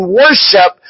worship